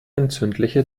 entzündliche